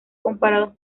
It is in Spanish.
comparados